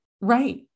Right